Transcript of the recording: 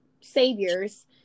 saviors